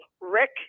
Rick